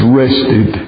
rested